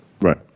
Right